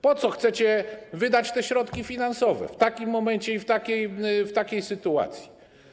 Po co chcecie wydać te środki finansowe w takim momencie i w takiej sytuacji?